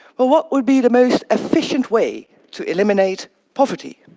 but what would be the most efficient way to eliminate poverty?